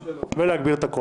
נמנעים,